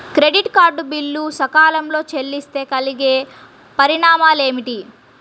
Credit card bill సకాలంలో చెల్లిస్తే కలిగే పరిణామాలేమిటి?